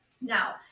Now